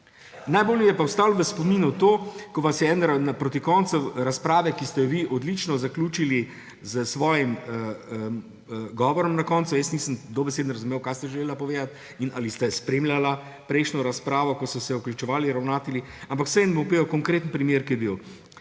Najbolj mi je pa ostalo v spominu to, ko vas je proti koncu razprave, ki ste jo vi odlično zaključili s svojim govorom na koncu, jaz nisem dobesedno razumel, kaj ste želela povedati in ali ste spremljala prejšnjo razpravo, ko so se vključevali ravnatelji, ampak vseeno bom povedal konkreten primer, ki je bil.